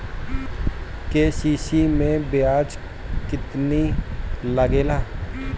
KCC मै ब्याज केतनि लागेला?